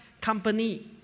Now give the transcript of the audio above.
company